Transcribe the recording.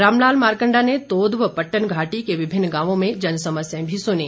रामलाल मारकण्डा ने तोद व पट्टन घाटी के विभिन्न गांवों में जनसमस्याएं भी सुनीं